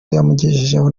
yamugejejeho